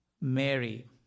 Mary